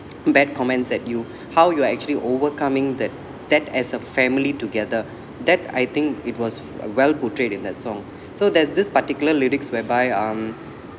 bad comments at you how you actually overcoming that that as a family together that I think it was well portrayed in that song so there's this particular lyrics whereby um